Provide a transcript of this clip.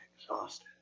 exhausted